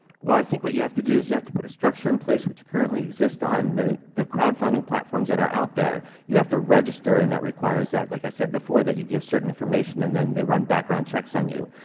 well, i think what you have to do is you have to put a structure in place which currently exists on the the crowdfunding platforms that are out there. you have to register, and that requires that, like i said before, that you give certain information and then they run background checks on you.